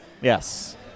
Yes